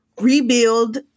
rebuild